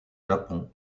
japon